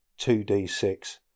2D6